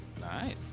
Nice